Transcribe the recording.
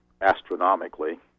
astronomically